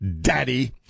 Daddy